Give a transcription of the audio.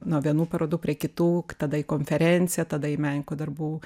nuo vienų parodų prie kitų tada į konferenciją tada į menininkų darbų